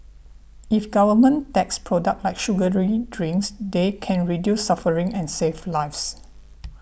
if governments tax products like sugary drinks they can reduce suffering and save lives